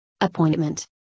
appointment